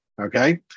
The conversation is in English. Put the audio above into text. okay